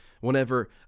Whenever